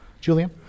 Julian